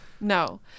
No